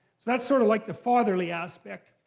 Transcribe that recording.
that's sort of like the fatherly aspect.